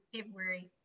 February